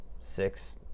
six